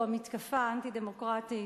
או המתקפה האנטי-דמוקרטית,